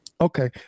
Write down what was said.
Okay